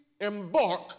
embark